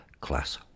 Class